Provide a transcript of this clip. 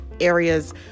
areas